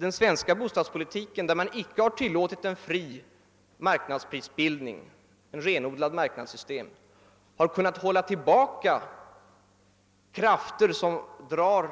Den svenska bostadspolitiken, som icke har tillåtit en fri marknadsprisstegring, ett renodlat marknadssystem, har i stället kunnat hålla tillbaka krafter — som bidrar